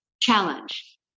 challenge